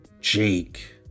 Jake